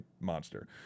monster